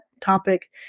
topic